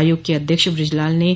आयोग के अध्यक्ष ब्रजलाल ने